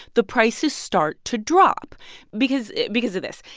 the prices start to drop because because of this.